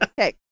Okay